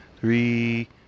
three